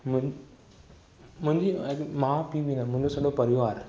मुं मुंहिंजी माउ पीउ बि न मुंहिंजो सॼो परिवार आहे